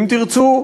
אם תרצו,